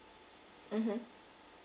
mmhmm